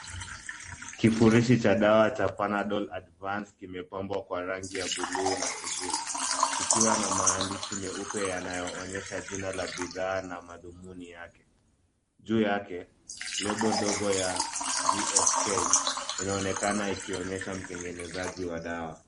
Kifurishi cha dawa cha Panadol Advance kimepambwa kwa rangi ya buluu na kijivu, kikiwa na maandishi meupe yanayoonyesha jina la bidhaa na madhumuni yake. Juu yake, label ndogo ya GSK inaonekana ikionyesha mtengenezaji wa dawa.